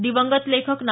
दिवंगत लेखक ना